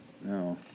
No